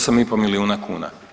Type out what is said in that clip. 8,5 milijuna kuna.